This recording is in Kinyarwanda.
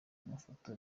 amafaranga